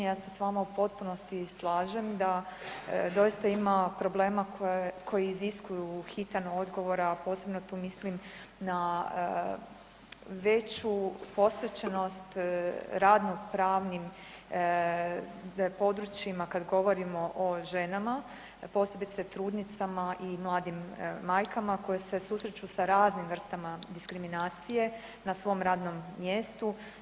Ja se s vama u potpunosti slažem da doista ima problema koji iziskuju hitan odgovor, a posebno tu mislim na veću posvećenost radnopravnim područjima kada govorimo o ženama, posebice trudnicama i mladim majkama koje se susreću sa raznim vrstama diskriminacije na svom radnom mjestu.